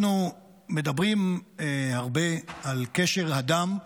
אנחנו מדברים הרבה על קשר הדם,